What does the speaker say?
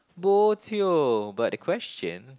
bo jio but the question